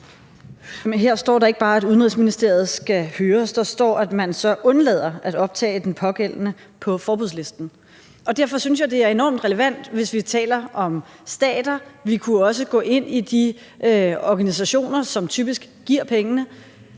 her står der ikke bare, at Udenrigsministeriet skal høres; der står, at man så undlader at optage den pågældende på forbudslisten. Derfor synes jeg, det er enormt relevant, hvis vi taler om stater, og vi kunne også gå ind i de organisationer, som typisk giver pengene,